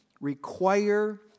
require